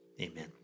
Amen